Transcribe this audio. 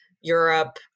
Europe